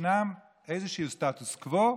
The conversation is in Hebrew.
שישנו איזשהו סטטוס קוו.